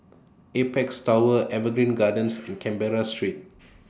Apex Tower Evergreen Gardens and Canberra Street